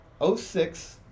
06